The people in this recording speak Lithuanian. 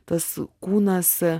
tas kūnas